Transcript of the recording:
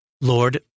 Lord